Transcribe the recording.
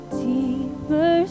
deeper